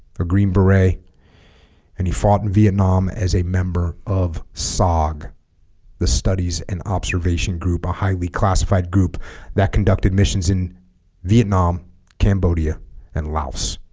a green beret and he fought in vietnam as a member of sog the studies and observation group a highly classified group that conducted missions in vietnam cambodia and laos